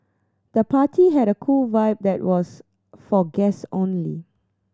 the party had a cool vibe but was for guest only